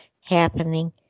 happening